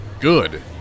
good